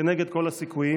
כנגד כל הסיכויים.